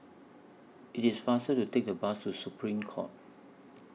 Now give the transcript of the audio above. IT IS faster to Take The Bus to Supreme Court